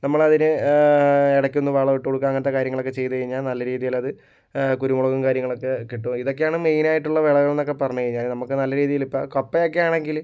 നമ്മളതിന് എടയ്ക്കൊന്ന് വളമിട്ട് കൊടുക്കുക അങ്ങനത്തെ കാര്യങ്ങളൊക്കെ ചെയ്ത് കഴിഞ്ഞാൽ നല്ല രീതിയിലത് കുരുമുളകും കാര്യങ്ങളക്കെ കിട്ടും ഇതൊക്കെയാണ് മെയിനായിട്ടുള്ള വിളകൾ എന്നൊക്കെ പറഞ്ഞു കഴിഞ്ഞാൽ നമ്മൾക്ക് നല്ല രീതിയിലിപ്പം കപ്പയൊക്കെ ആണെങ്കിൽ